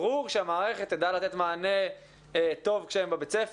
ברור שהמערכת תדע לתת מענה טוב כשהם בבית הספר,